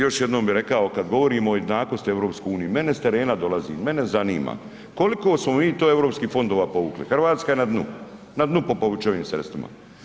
Još jednom bih rekao kada govorimo o jednakosti EU, mene s terena dolazi, mene zanima koliko smo mi to europskih fondova povukli, Hrvatska je na dnu, na dnu po povućenim sredstvima.